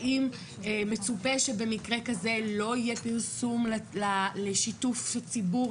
האם מצופה שבמקרה כזה לא יהיה פרסום לשיתוף הציבור,